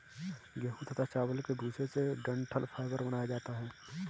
गेहूं तथा चावल के भूसे से डठंल फाइबर बनाया जाता है